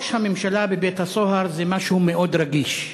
ראש הממשלה בבית-הסוהר זה משהו מאוד רגיש,